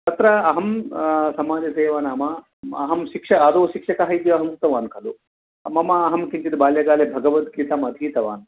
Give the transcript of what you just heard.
तत्र अहं समाजसेवा नाम अहं शिक् आदौ शिक्षकः अहम् उक्तवान् खलु मम अहं बाल्यकाले किञ्चित् भगवद्गीताम् अधीतवान्